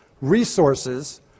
resources